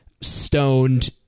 stoned